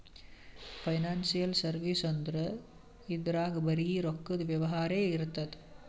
financial service ಅಂದ್ರ ಇದ್ರಾಗ್ ಬರೀ ರೊಕ್ಕದ್ ವ್ಯವಹಾರೇ ಇರ್ತದ್